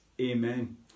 amen